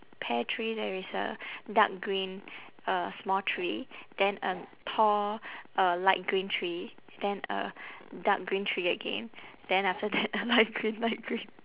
pear tree there is a dark green uh small tree then a tall uh light green tree then a dark green tree again then after that a light green light green